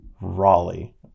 Raleigh